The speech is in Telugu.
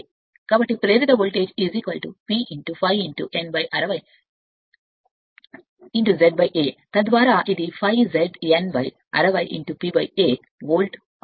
కాబట్టి వోల్టేజ్ ప్రేరిత P ∅ N 60 అంటే ఇది Z తద్వారా ∅ Z N 60 P A volt